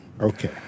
okay